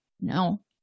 No